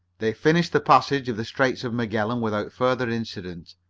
they finished the passage of the straits of magellan without further incident.